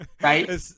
right